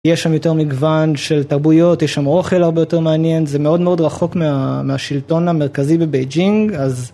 יש שם יותר מגוון של תרבויות, יש שם אוכל הרבה יותר מעניין זה מאוד מאוד רחוק מהשלטון המרכזי בבייג'ינג אז.